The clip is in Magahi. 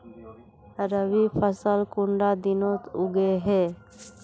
रवि फसल कुंडा दिनोत उगैहे?